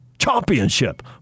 championship